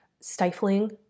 stifling